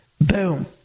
boom